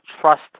trust